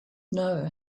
know